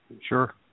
Sure